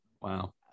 wow